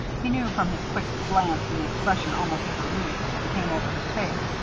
he knew, from his quick glance and the expression almost of relief that came over his face,